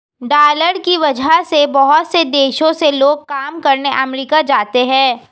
dollar की वजह से बहुत से देशों से लोग काम करने अमरीका जाते हैं